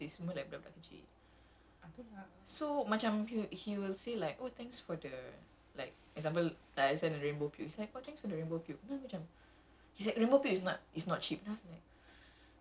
I don't think it's that much lah because like I said macam dia punya follower base is more like budak-budak kecil so macam he will he will say say like oh thanks for the like double like I send the rainbow puke